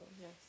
Yes